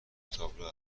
تابلو